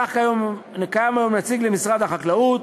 כך, קיים היום נציג למשרד החקלאות,